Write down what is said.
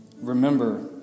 remember